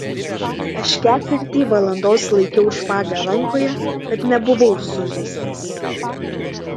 aš ketvirtį valandos laikiau špagą rankoje bet nebuvau sužeistas